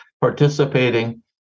participating